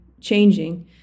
changing